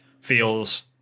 feels